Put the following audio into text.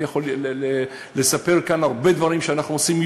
אני יכול לספר כאן הרבה דברים שאנחנו עושים,